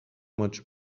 much